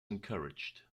encouraged